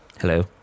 Hello